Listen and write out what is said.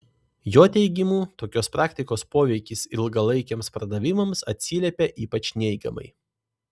jo teigimu tokios praktikos poveikis ilgalaikiams pardavimams atsiliepia ypač neigiamai